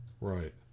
right